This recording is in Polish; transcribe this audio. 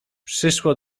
przyszło